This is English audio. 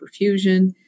perfusion